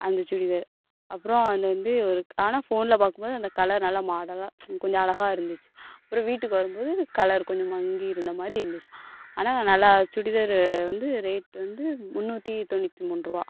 அந்த சுடிதாரு அப்புறோம் அந்த வந்து ஒரு ஆனால் ஃபோனில் பார்க்கும்போது அந்த கலர் நல்லா மாடலாக கொஞ்சம் அழகா இருந்திச்சு அப்புறம் வீட்டுக்கு வரும்போது கலர் கொஞ்சம் மங்கி இருந்தமாதிரி இருந்திச்சு ஆனால் நல்லா சுடிதாரு வந்து ரேட் வந்து முன்னூற்றி தொண்ணுத்து மூன்றுருவா